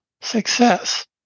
success